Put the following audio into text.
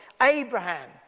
Abraham